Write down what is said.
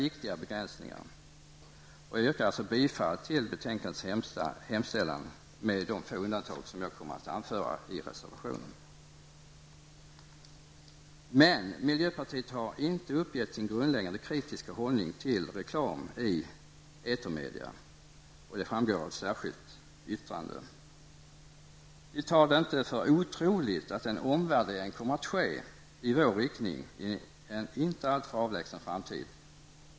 Jag yrkar alltså bifall till betänkandets hemställan med de få undantag som jag kommer att anföra med hänvisning till reservationer. Men miljöpartiet har inte uppgett sin grundläggande kritiska hållning till reklam i etermedia. Det framgår av ett särskilt yttrande. Vi tar det inte för otroligt att en omvärdering kommer att ske i vår riktning i en inte alltfår avlägsen framtid.